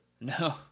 No